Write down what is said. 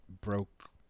broke